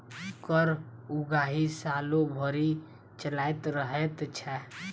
कर उगाही सालो भरि चलैत रहैत छै